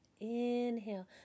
inhale